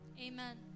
Amen